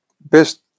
best